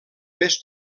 més